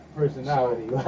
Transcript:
personality